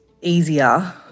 easier